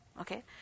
Okay